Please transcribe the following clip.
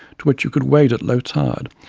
to which you could wade at low tide,